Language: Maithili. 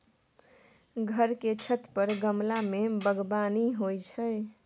घर के छत पर गमला मे बगबानी होइ छै